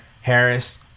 Harris